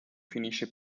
finisce